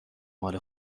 مال